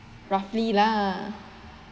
roughly lah